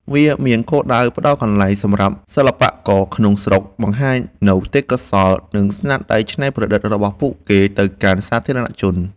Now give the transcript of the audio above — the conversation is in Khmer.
វាមានគោលដៅផ្ដល់កន្លែងសម្រាប់សិល្បករក្នុងស្រុកបង្ហាញនូវទេពកោសល្យ និងស្នាដៃច្នៃប្រឌិតរបស់ពួកគេទៅកាន់សាធារណជន។